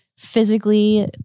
physically